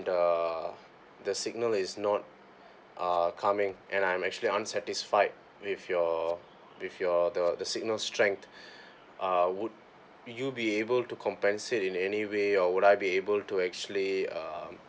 the the signal is not uh coming and I'm actually unsatisfied with your with your the the signal strength uh would you be able to compensate in any way or would I be able to actually um